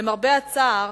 למרבה הצער,